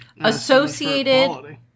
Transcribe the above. associated